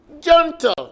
gentle